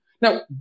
Now